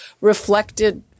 reflected